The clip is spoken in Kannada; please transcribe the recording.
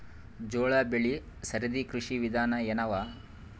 ಜೋಳ ಬೆಳಿ ಸರದಿ ಕೃಷಿ ವಿಧಾನ ಎನವ?